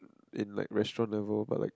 in like restaurant ever but like